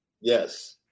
Yes